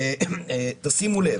תשימו לב,